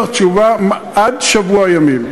אני מבטיח לך תשובה עד שבוע ימים.